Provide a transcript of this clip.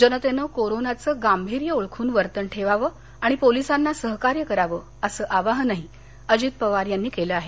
जनतेनं कोरोनाचं गांभीर्य ओळखून वर्तन ठेवावं पोलिसांना सहकार्य करावं असं आवाहनही अजित पवार यांनी केलं आहे